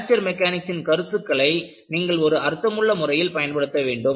fracture மெக்கானிக்ஸின் கருத்துக்களை நீங்கள் ஒரு அர்த்தமுள்ள முறையில் பயன்படுத்த வேண்டும்